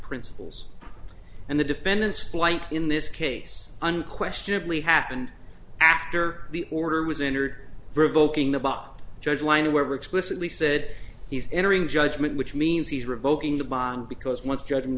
principles and the defendant's plight in this case unquestionably happened after the order was entered revoking the bot judge line or wherever explicitly said he's entering judgment which means he's revoking the bond because once judg